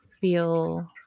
feel